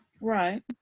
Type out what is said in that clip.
Right